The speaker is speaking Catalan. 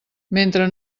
mentre